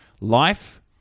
life